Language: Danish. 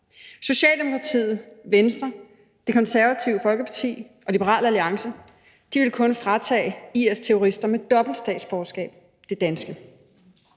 Socialdemokratiet, Venstre, Det Konservative Folkeparti og Liberal Alliance ville kun fratage IS-terroristerne dobbelt statsborgerskab: det danske.